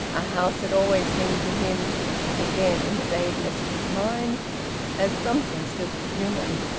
a house had always seemed to him again in the vagueness of his mind as something superhuman.